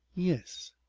yes.